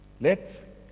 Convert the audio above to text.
Let